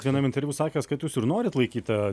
vienam interviu sakęs kad jūs ir norit laikyt tą